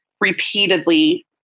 repeatedly